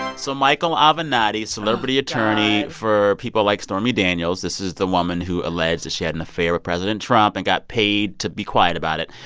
so michael avenatti, celebrity attorney for people like stormy daniels this is the woman who alleges that she had an affair with president trump and got paid to be quiet about it.